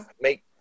Make